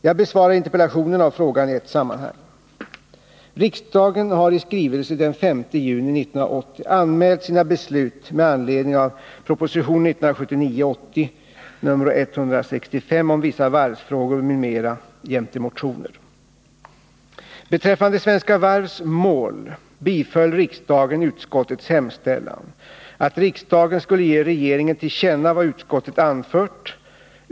Jag besvarar interpellationerna och frågan i ett sammanhang. Beträffande Svenska Varvs mål biföll riksdagen utskottets hemställan att riksdagen skulle ge regeringen till känna vad utskottet anfört.